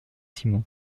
simon